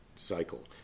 cycle